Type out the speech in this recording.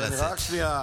נא לצאת.